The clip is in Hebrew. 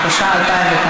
התשע"ה 2015,